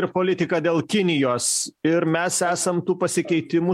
ir politika dėl kinijos ir mes esam tų pasikeitimų